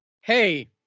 hey